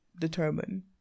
determine